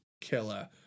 killer